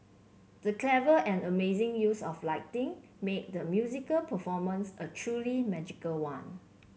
the clever and amazing use of lighting made the musical performance a truly magical one